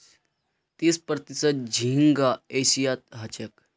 तीस प्रतिशत झींगा एशियात ह छे